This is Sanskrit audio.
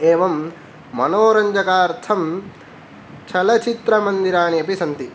एवं मनोरञ्जकार्थं चलचित्रमन्दिराणि अपि सन्ति